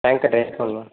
டேங்க்கை dries பண்ணுங்கள்